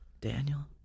Daniel